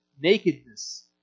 Nakedness